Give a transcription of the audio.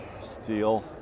steel